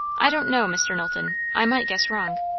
i don't know, mr. knowlton i might guess wrong.